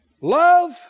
Love